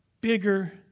bigger